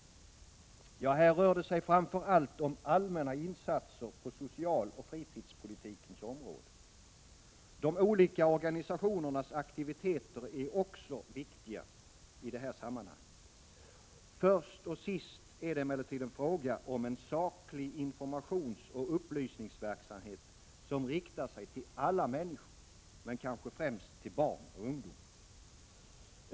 Ja, här rör det sig framför allt om allmänna insatser på socialpolitikens och fritidspolitikens område. De olika organisationernas aktiviteter är också viktiga i detta sammanhang. Först och sist är det emellertid en fråga om en saklig informationsoch upplysningsverksamhet som riktar sig till alla människor, men kanske främst till barn och ungdom.